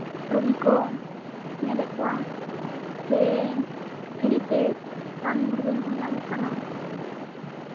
ᱨᱩᱜᱤ ᱠᱚ ᱧᱮᱞᱮᱫ ᱠᱚᱣᱟ ᱥᱮ ᱯᱷᱨᱤ ᱛᱮ ᱨᱟᱱᱼᱢᱩᱨᱜᱟᱹᱱ ᱦᱚᱸ ᱧᱟᱢᱚᱜ ᱠᱟᱱᱟ